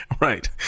right